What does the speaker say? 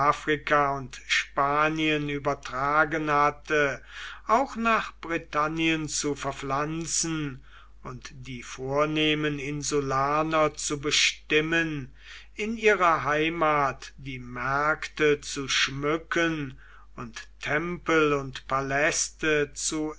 und spanien übertragen hatte auch nach britannien zu verpflanzen und die vornehmen insulaner zu bestimmen in ihrer heimat die märkte zu schmücken und tempel und paläste zu